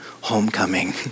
homecoming